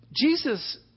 Jesus